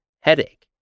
headache